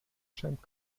champ